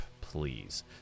please